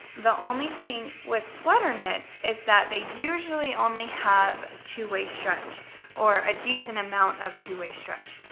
the only thing with sweater knits is that they usually only have two-way stretch or a decent amount of two-way stretch.